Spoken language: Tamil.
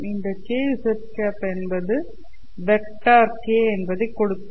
இந்த k zஎனக்கு வெக்டர் k' என்பதை கொடுத்திருக்கும்